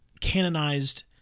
canonized